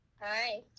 Hi